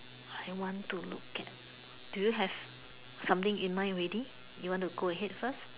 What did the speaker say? I want to look at do you have something in mind already you want to go ahead first